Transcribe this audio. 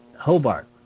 Hobart